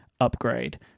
Upgrade